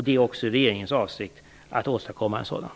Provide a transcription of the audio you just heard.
Det är också regeringens avsikt att åstadkomma en sådan.